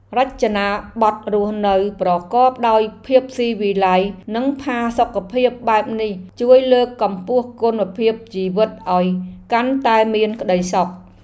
រចនាបថរស់នៅប្រកបដោយភាពស៊ីវិល័យនិងផាសុកភាពបែបនេះជួយលើកកម្ពស់គុណភាពជីវិតឱ្យកាន់តែមានក្តីសុខ។